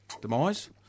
demise